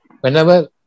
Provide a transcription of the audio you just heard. whenever